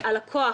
הלקוח,